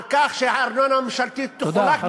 על כך שהארנונה הממשלתית תחולק בצורה צודקת, תודה.